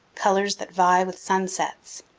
colors that vie with sunsets,